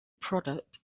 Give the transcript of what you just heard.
product